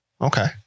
Okay